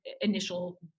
initial